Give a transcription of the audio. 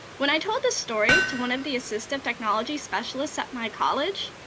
when i told this story to one of the assistive technology specialists at my college,